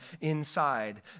inside